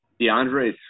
DeAndre